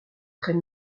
très